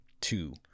two